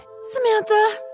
Samantha